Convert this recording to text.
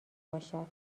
باشد